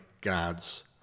God's